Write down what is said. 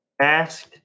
asked